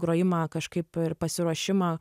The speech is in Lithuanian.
grojimą kažkaip ir pasiruošimą